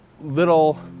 little